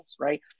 Right